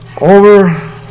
over